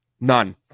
None